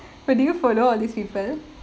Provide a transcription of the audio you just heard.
wait do you follow all these people